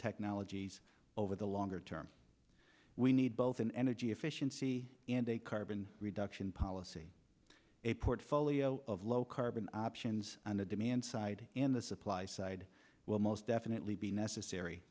technologies over the longer term we need both an energy efficiency and a carbon reduction policy a portfolio of low carbon options on the demand side and the supply side will most definitely be necessary